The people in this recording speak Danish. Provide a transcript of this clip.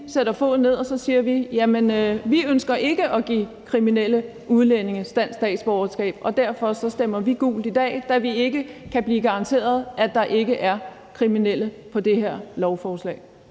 sætter foden ned og siger: Vi ønsker ikke at give kriminelle udlændinge dansk statsborgerskab, og derfor stemmer vi gult i dag, da vi ikke kan få garanti for, at der ikke er kriminelle på det her lovforslag.